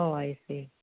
oh I see